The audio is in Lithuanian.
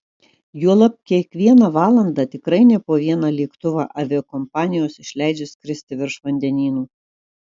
juolab kiekvieną valandą tikrai ne po vieną lėktuvą aviakompanijos išleidžia skirsti virš vandenynų